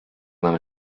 nam